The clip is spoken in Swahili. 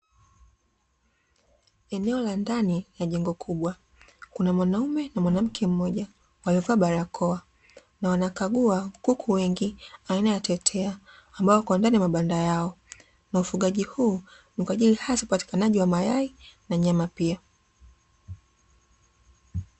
Eneo la ndani la jengo kubwa, kuna mwanaume na mwanaumke mmoja wamevaa barakoa na wanakagua kuku wengi aina ya tetea ambao wapo ndani ya mabanda yao, na ufugaji huu ni kwa ajili hasa upatikanaji wa mayai na nyama pia.